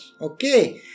okay